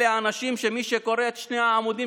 אלה אנשים שמי שקורא את שני העמודים